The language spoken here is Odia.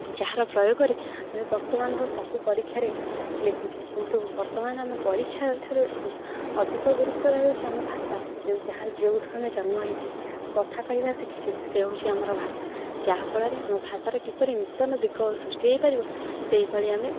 ଯାହାର ପ୍ରୟୋଗରେ ଆମେ ବର୍ତ୍ତମାନର ସବୁ ପରୀକ୍ଷାରେ ଲେଖୁଛେ କିନ୍ତୁ ବର୍ତ୍ତମାନ ଆମ ପରୀକ୍ଷା ଠାରୁ ଅଧିକ ଗୁରୁତ୍ୱର ହେଉଛିି ଆମ ଭାଷା ଯାହାର ଯେଉଁଠୁ ଆମେ ଜନ୍ମ ହେଇଛି କଥା କହିବା ଶିଖିଛେ ସେ ହେଉଛିି ଆମର ଭାଷା ଯାହାଫଳରେ ଆମ ଭାଷାର କିପରି ନୂତନ ଦିଗ ସୃଷ୍ଟି ହେଇପାରିବ ସେଇଭଳି ଆମେ